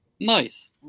Nice